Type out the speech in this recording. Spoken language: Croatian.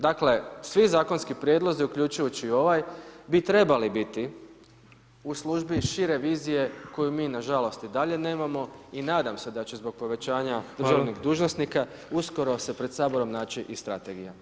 Dakle, svi zakonski prijedlozi uključujući i ovaj bi trebali biti u službi šire vizije koju mi nažalost i dalje nemamo i nadam se da će zbog povećanja državnih [[Upadica: Hvala.]] dužnosnika uskoro se pred saborom naći i strategija.